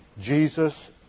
Jesus